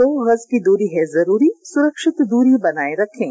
दो गज की दूरी है जरूरी सुरक्षित दूरी बनाए रखें